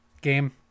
game